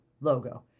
logo